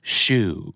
shoe